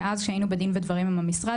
ואז כשהיינו בדין ודברים עם המשרד,